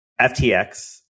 FTX